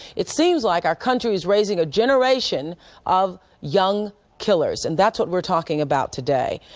it seems like our country is raising a generation of young killers. and that's what we're talking about today,